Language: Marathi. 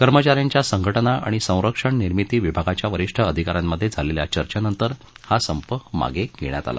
कर्मचा यांच्या संघटना आणि संरक्षण निर्मिती विभागाच्या वरिष्ठ अधिका यांमधे झालेल्या चर्चेनंतर हा संप मागे घेण्यात आला